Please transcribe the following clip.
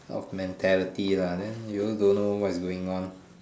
of mentality lah then you also don't know what is going on